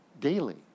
daily